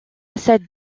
cette